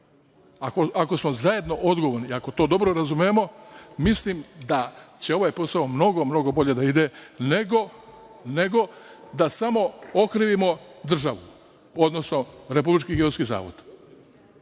ako smo zajedno odgovorni i ako to dobro razumemo, mislim da će ovaj posao mnogo, mnogo bolje da ide nego da samo okrivimo državu, odnosno Republički geodetski zavod.